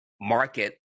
market